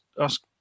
ask